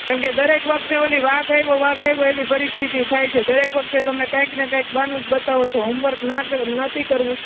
કારણ કે દરેક વખતે ઓલી વાઘ આવ્યો વાઘ આવ્યો એવી પરિસ્થિતિ થાય છે દરેક વખતે તમે કાંઇકને કાંઈક બહાનું જ બતાવો છો હોમવર્ક નથી કરવું